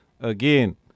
Again